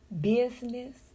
business